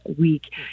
week